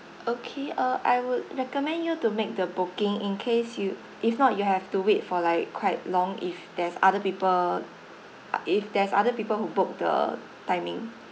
okay uh I would recommend you to make the booking in case you if not you have to wait for like quite long if there's other people ah if there's other people who book the timing